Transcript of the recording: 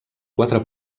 quatre